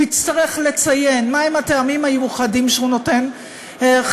הוא יצטרך לציין מה הם הטעמים המיוחדים לכך שהוא נותן חיסיון,